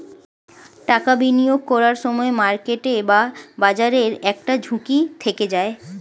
টাকা বিনিয়োগ করার সময় মার্কেট বা বাজারের একটা ঝুঁকি থেকে যায়